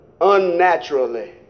unnaturally